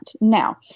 Now